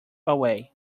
away